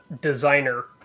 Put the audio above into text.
designer